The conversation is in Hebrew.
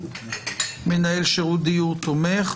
מנהל שירות דיור תומך,